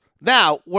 now